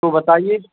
तो बताइए